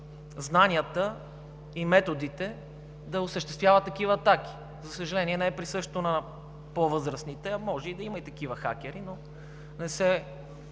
и методите да осъществяват такива атаки. За съжаление, не е присъщо на по-възрастните, а може да има и такива хакери, но не се